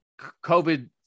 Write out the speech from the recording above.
COVID